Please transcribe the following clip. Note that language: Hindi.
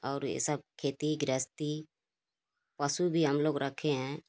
और ये सब खेती गृहस्थी पशु भी हम लोग रखे हैं